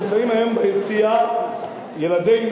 נמצאים היום ביציע ילדינו,